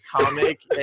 comic